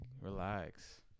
relax